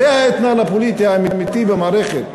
זה האתנן הפוליטי האמיתי במערכת.